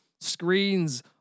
screens